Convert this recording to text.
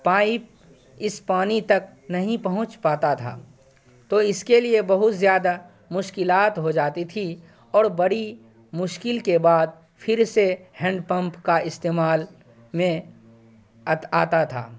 pipe اس پانی تک نہیں پہنچ پاتا تھا تو اس کے لیے بہت زیادہ مشکلات ہو جاتی تھیں اور بڑی مشکل کے بعد پھر سے ہینڈ پمپ کا استعمال میں آتا تھا